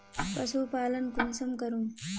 पशुपालन कुंसम करूम?